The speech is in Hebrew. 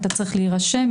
אתה צריך להירשם.